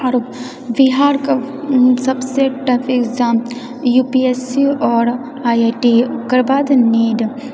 आओर बिहारके सबसँ tough exam U P S C आओर आइ आइ टी ओकर बाद नीट